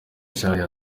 charles